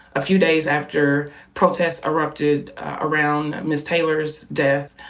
a few days after protests erupted around miss taylor's death,